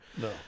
No